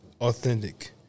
Authentic